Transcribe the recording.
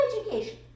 education